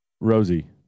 Rosie